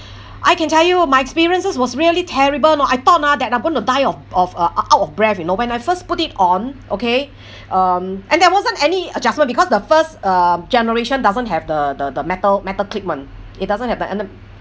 I can tell you my experiences was really terrible you know I thought ah that I'm going to die of of uh out of breath you know when I first put it on okay um and there wasn't any adjust because the first uh generation doesn't have the the the metal metal clip [one] it doesn't have the uh